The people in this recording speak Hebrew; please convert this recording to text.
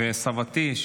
וסבתי,